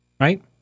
right